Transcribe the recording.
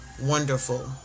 wonderful